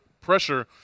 pressure